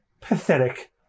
Pathetic